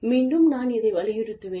மீண்டும் நான் இதை வலியுறுத்துவேன்